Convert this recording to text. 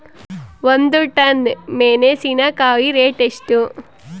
ಒಂದು ಟನ್ ಮೆನೆಸಿನಕಾಯಿ ರೇಟ್ ಎಷ್ಟು?